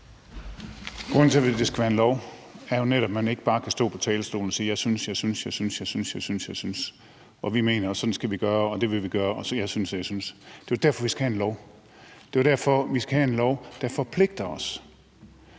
Grunden til, at det skal være en lov, er jo netop, at man ikke bare kan stå på talerstolen og sige: Jeg synes, jeg synes, og vi mener, og sådan skal vi gøre, og det vil vi gøre, og jeg synes, og jeg synes. Det er jo derfor, vi skal have en lov. Det er jo derfor, vi skal have en lov, der forpligter os.